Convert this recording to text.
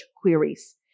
queries